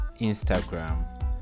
Instagram